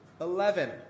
eleven